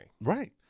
Right